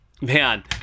man